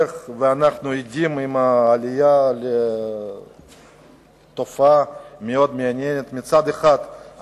עם העלייה אנחנו עדים לתופעה מאוד מעניינת: מצד אחד,